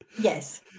Yes